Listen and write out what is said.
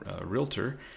realtor